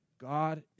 God